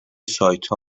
سایتها